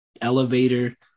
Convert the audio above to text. elevator